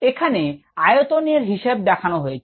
এখানে আয়তনের হিসেব দেখান হয়েছে